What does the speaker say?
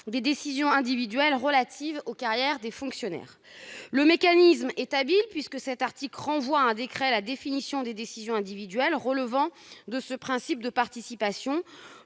des décisions individuelles relatives aux carrières des fonctionnaires. Le mécanisme est habile, puisque cet article renvoie à un décret la définition des décisions individuelles qui relèvent de ce principe de participation,